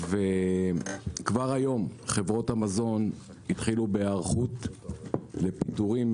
כבר היום חברות המזון החלו בהיערכות לפיטורים